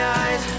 eyes